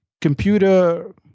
computer